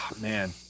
man